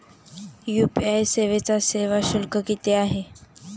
UPI सेवेचा सेवा शुल्क किती आहे?